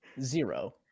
Zero